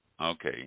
Okay